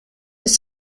bis